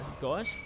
Guys